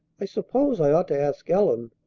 i suppose i ought to ask ellen.